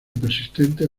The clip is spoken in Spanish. persistente